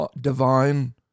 divine